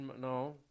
No